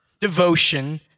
devotion